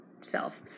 self